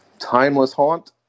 timelesshaunt